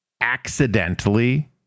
accidentally